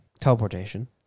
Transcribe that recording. Teleportation